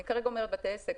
אני כרגע אומרת בתי עסק,